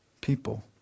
people